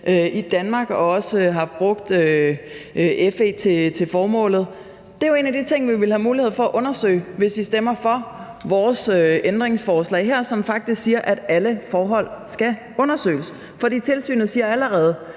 i Danmark og også har brugt FE til formålet, og det er jo en af de ting, som vi vil have mulighed for at undersøge, hvis I stemmer for vores ændringsforslag her, som faktisk siger, at alle forhold skal undersøges. For tilsynet siger allerede